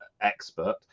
expert